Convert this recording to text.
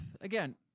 again